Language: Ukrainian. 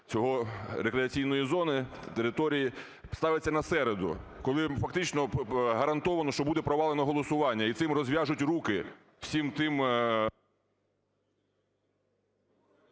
цього... рекреаційної зони, території ставиться на середу, коли фактично гарантовано, що буде провалено голосування, і цим розв'яжуть руки